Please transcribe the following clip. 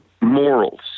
morals